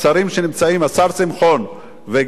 השר שמחון וגם סגן השר,